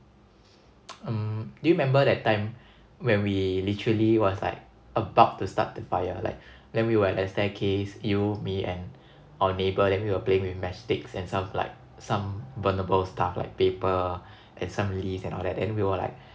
mm do you remember that time when we literally was like about to start the fire like then we were at the staircase you me and our neighbour then we were playing with matchsticks and stuff like some burnable stuff like paper and some leaves and all that then we were like